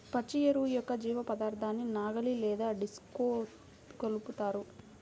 పచ్చి ఎరువు యొక్క జీవపదార్థాన్ని నాగలి లేదా డిస్క్తో కలుపుతారు